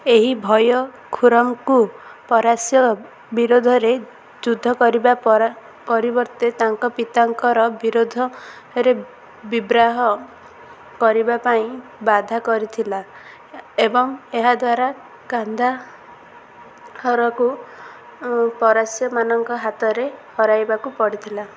ଏହି ଭୟ ଖୁରମ୍କୁ ପରାସ୍ୟ ବିରୁଦ୍ଧରେ ଯୁଦ୍ଧ କରିବା ପରା ପରିବର୍ତ୍ତେ ତାଙ୍କ ପିତାଙ୍କ ବିରୁଦ୍ଧ ରେ ବିବ୍ରାହ କରିବା ପାଇଁ ବାଧ୍ୟ କରିଥିଲା ଏବଂ ଏହାଦ୍ୱାରା କାନ୍ଦା ହରକୁ ଉ ପରାସ୍ୟମାନଙ୍କ ହାତରେ ହରାଇବାକୁ ପଡ଼ିଥିଲା